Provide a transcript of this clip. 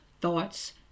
thoughts